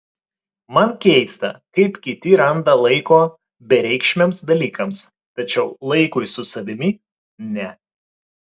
man keista kaip kiti randa laiko bereikšmiams dalykams tačiau laikui su savimi ne